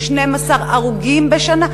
12 הרוגים בשנה.